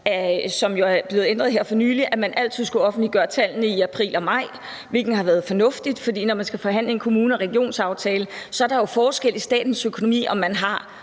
jo er blevet ændret her for nylig, at man altid skulle offentliggøre tallene i april og maj, hvilket har været fornuftigt. Når man skal forhandle en kommune- og regionsaftale, er der jo forskel i statens økonomi på, om man har